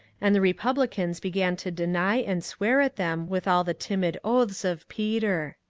and the republicans began to deny and swear at them with all the timid oaths of peter.